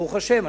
ברוך השם,